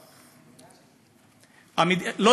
אה, עשו שני מקרים של מעצר מינהלי.